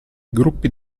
gruppi